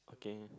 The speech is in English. okay